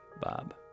Bob